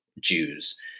Jews